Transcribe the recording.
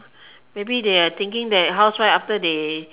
maybe they are thinking that housewives after they